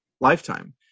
lifetime